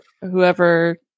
whoever